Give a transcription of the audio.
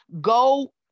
go